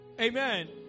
Amen